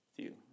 view